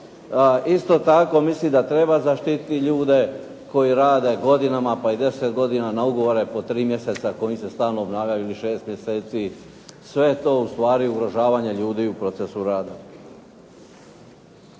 Isto tako mislim da treba zaštititi ljude koji rade godinama, pa i 10 godina na ugovore po 3 mjeseca koji im se stalno obnavljaju ili 6 mjeseci. Sve je to u stvari ugrožavanje ljudi u procesu rada.